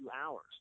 hours